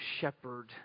shepherd